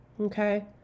okay